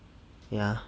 ya